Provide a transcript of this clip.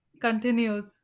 continues